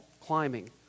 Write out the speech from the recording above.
climbing